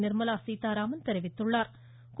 நிர்மலா சீத்தாராமன் தெரிவித்துள்ளா்